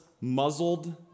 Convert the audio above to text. muzzled